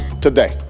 today